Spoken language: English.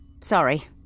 sorry